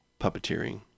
puppeteering